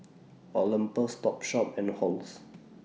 Olympus Topshop and Halls